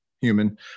human